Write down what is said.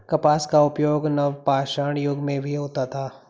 कपास का उपयोग नवपाषाण युग में भी होता था